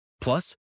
Plus